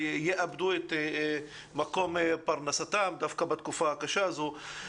יאבדו את מקור פרנסתם דווקא בתקופה הקשה הזו.